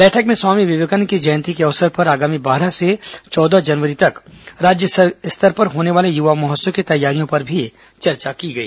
बैठक में स्वामी विवेकानंद की जयंती के अवसर पर आगामी बारह से चौदह जनवरी तक राज्य स्तर पर होने वाले युवा महोत्सव की तैयारियों पर भी चर्चा की गई